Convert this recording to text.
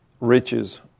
riches